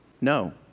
no